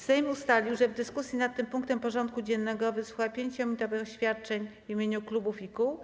Sejm ustalił, że w dyskusji nad tym punktem porządku dziennego wysłucha 5-minutowych oświadczeń w imieniu klubów i kół.